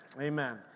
Amen